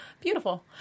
beautiful